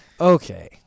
Okay